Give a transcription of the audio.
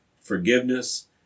forgiveness